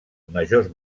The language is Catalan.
majors